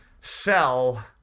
sell